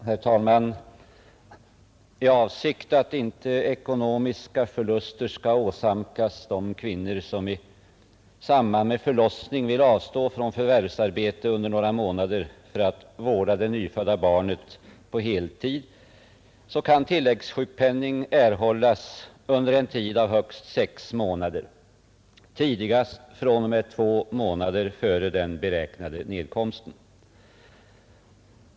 Herr talman! I avsikt att inte ekonomiska förluster skall åsamkas de kvinnor som i samband med förlossning vill avstå från förvärvsarbete under några månader för att vårda det nyfödda barnet på heltid kan tilläggssjukpenning erhållas under en tid av högst sex månader, tidigast fr.o.m. två månader före den beräknade nedkomsten.